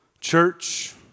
Church